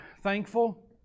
thankful